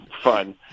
fun